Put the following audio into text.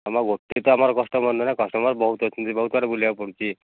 ତୁମେ ଗୋଟିଏ ତ ଆମର କଷ୍ଟମର ନୁହେଁ କଷ୍ଟମର ବହୁତ ଅଛନ୍ତି ବହୁତ ଆଡ଼େ ବୁଲିବାକୁ ପଡ଼ୁଛି